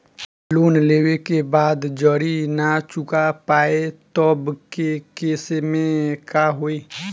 Loan लेवे के बाद जड़ी ना चुका पाएं तब के केसमे का होई?